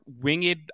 winged